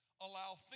allow